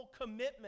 commitment